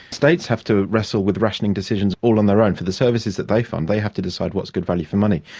states have to wrestle with rationing decisions all on their own. for the services that they fund they have to decide what's good value for money.